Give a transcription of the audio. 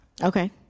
Okay